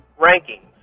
Rankings